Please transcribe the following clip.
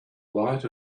light